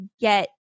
get